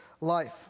life